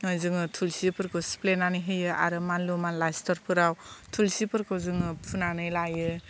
जोङो थुलसिफोरखौ सिप्लेनानै होयो आरो मानलु मानला सिथरफोराव थुलसिफोरखौ जोङो फुनानै लायो